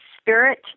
spirit